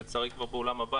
שלצערי כבר בעולם,